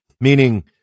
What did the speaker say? meaning